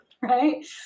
right